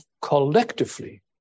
collectively